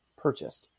purchased